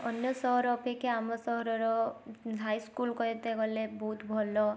ଅନ୍ୟ ସହର ଅପେକ୍ଷା ଆମ ସହରର ହାଇସ୍କୁଲ କହିତେ ଗଲେ ବହୁତ ଭଲ